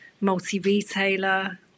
multi-retailer